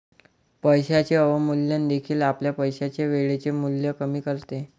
पैशाचे अवमूल्यन देखील आपल्या पैशाचे वेळेचे मूल्य कमी करते